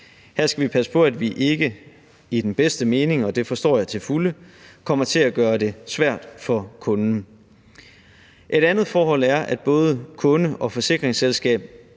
Her skal vi passe på, at vi ikke i den bedste mening, og det forstår jeg til fulde, kommer til at gøre det svært for kunden. Kl. 19:39 Et andet forhold er, at både kunde og forsikringsselskab